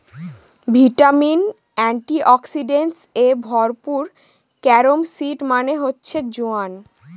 vitamin, antioxidants এ ভরপুর carom seed মানে হচ্ছে জোয়ান